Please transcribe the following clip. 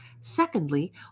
Secondly